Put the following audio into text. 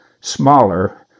smaller